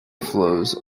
flows